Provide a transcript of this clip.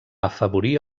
afavorir